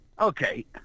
Okay